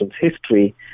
history